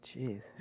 Jeez